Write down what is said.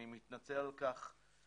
אני מתנצל על כך למפרע.